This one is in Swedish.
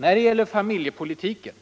När det gäller familjepolitiken: